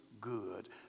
good